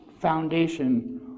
foundation